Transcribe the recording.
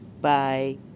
Bye